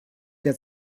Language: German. der